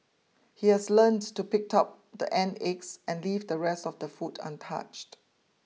he has learnt to pick out the ant eggs and leave the rest of the food untouched